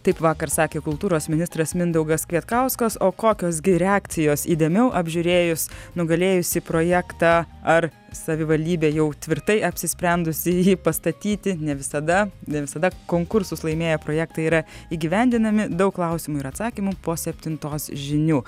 taip vakar sakė kultūros ministras mindaugas kvietkauskas o kokios gi reakcijos įdėmiau apžiūrėjus nugalėjusį projektą ar savivaldybė jau tvirtai apsisprendusi jį pastatyti ne visada ne visada konkursus laimėję projektai yra įgyvendinami daug klausimų ir atsakymų po septintos žinių